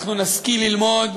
אנחנו נשכיל ללמוד